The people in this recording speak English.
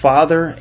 Father